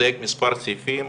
ולדייק מספר סעיפים,